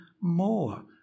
more